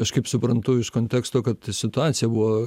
aš kaip suprantu iš konteksto kad situacija buvo